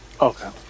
Okay